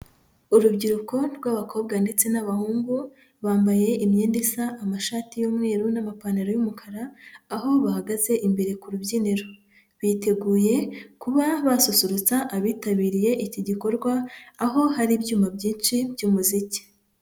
Urubyiruko rw'abakobwa ndetse n'abahungu bambaye imyenda isa: amashati y'umweru n'amapantaro y'umukara, aho bahagaze imbere ku rubyiniro. Biteguye kuba basusurutsa abitabiriye iki gikorwa, aho hari ibyuma byinshi by'umuziki.